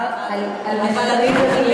אני מדברת כרגע על השערה מדעית בהגדרה.